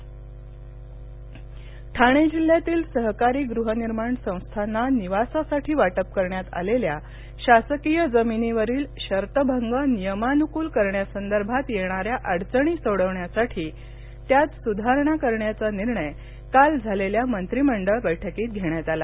मंत्रिमंडळ निर्णय ठाणे जिल्ह्यातील सहकारी गृहनिर्माण संस्थांना निवासासाठी वाटप करण्यात आलेल्या शासकीय जमिनीवरील शर्तभंग नियमानुकूल करण्यासंदर्भात येणाऱ्या अडचणी सोडवण्यासाठी त्यात सुधारणा करण्याचा निर्णय काल झालेल्या मंत्रिमंडळ बैठकीत घेण्यात आला